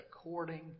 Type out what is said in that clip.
according